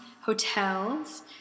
hotels